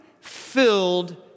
filled